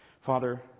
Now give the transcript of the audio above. Father